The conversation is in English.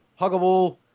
huggable